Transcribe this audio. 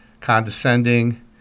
condescending